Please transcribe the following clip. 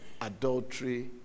adultery